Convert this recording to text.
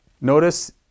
Notice